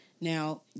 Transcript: Now